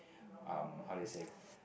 um how do you say